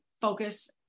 focus